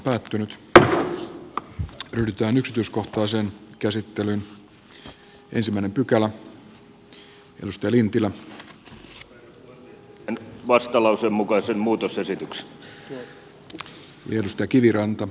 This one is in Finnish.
nyt ryhdytään lakiehdotuksen yksityiskohtaiseen käsittelyyn